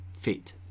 fit